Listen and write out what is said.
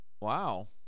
Wow